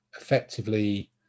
effectively